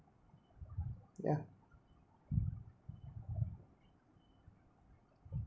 yeah